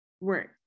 work